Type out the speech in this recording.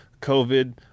COVID